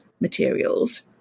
materials